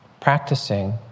Practicing